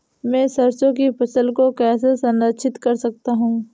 मैं सरसों की फसल को कैसे संरक्षित कर सकता हूँ?